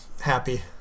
happy